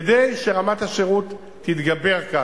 כדי שרמת השירות תתגבר כאן.